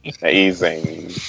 amazing